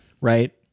Right